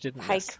hike